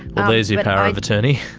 well there's your power of attorney.